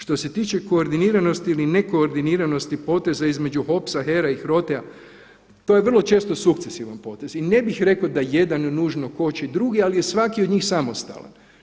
Što se tiče koordiniranosti ili nekoordiniranosti poteza između HOPS-a, HERA-e i HROT-a to je vrlo često sukcesivan potez i ne bih rekao da jedan nužno koči drugi ali je svaki od njih samostalan.